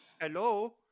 Hello